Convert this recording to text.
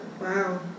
wow